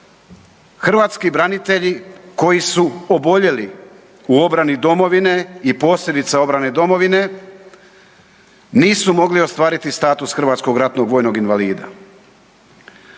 hrvatski branitelji koji su oboljeli u obrani domovine i posljedice obrane domovine nisu mogle ostvariti status hrvatskog ratnog vojnog invalida.